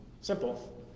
simple